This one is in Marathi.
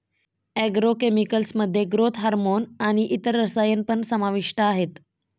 ऍग्रो केमिकल्स मध्ये ग्रोथ हार्मोन आणि इतर रसायन पण समाविष्ट आहेत